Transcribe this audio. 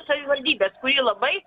savivaldybės kuri labai